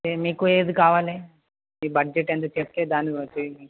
మీకు ఏది కావాలి మీ బడ్జెట్ ఎంత చెప్పితే దాన్నిబట్టి